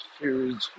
huge